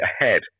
ahead